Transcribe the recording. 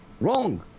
wrong